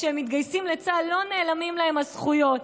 כשהם מתגייסים לצה"ל לא נעלמות להם הזכויות,